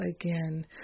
again